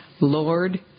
Lord